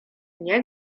nie